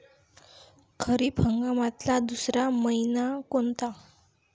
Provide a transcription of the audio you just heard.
खरीप हंगामातला दुसरा मइना कोनता?